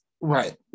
right